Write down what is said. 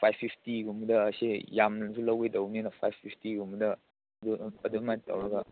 five ꯐꯤꯐꯇꯤꯒꯨꯝꯕꯗ ꯑꯁꯦ ꯌꯥꯝꯅꯁꯨ ꯂꯧꯒꯗꯧꯕꯅꯤꯅ ꯐꯥꯏꯕ ꯐꯤꯐꯇꯤꯒꯨꯝꯕꯗ ꯑꯗꯨꯃꯥꯏ ꯇꯧꯔꯒ